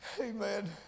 Amen